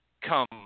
come